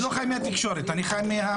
אני לא חי מהתקשורת, אני חי מהמערכת.